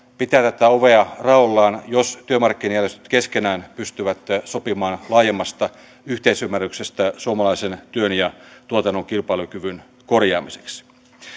pitää tätä ovea raollaan jos työmarkkinajärjestöt keskenään pystyvät sopimaan laajemmasta yhteisymmärryksestä suomalaisen työn ja tuotannon kilpailukyvyn korjaamiseksi